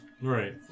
Right